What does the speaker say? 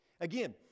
Again